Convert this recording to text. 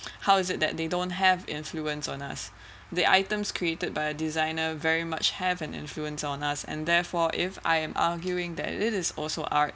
how is it that they don't have influence on us the items created by a designer very much have an influence on us and therefore if I am arguing that it is also art